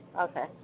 Okay